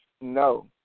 No